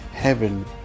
Heaven